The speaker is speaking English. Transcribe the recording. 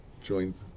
joined